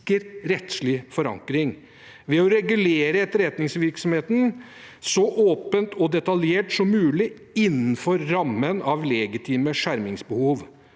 rettslig forankring ved å regulere etterretningsvirksomheten så åpent og detaljert som mulig innenfor rammen av legitime skjermingsbehov.